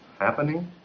happening